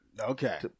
Okay